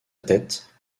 tête